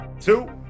two